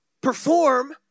perform